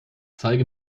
zeige